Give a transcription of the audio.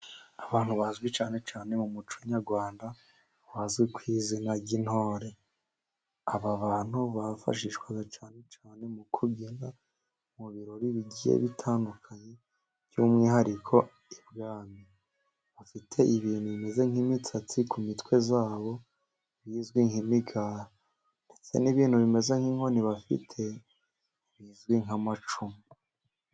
Abantu bazwi cyane cyane mu muco nyarwanda bazwi kw'izina ry'intore aba bantu bafashishwa cyane cyane mu kubyina mu birori bigiye bitandukanye, by'umwihariko imbwami, bafite ibintu bimeze nk'imisatsi ku mitwe yabo bizwi nk'imigara, ndetse n'ibintu bimeze nk'inkoni bafite bizwi nk'amacumu.